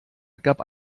gab